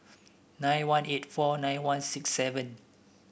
nine one eight four nine one six seven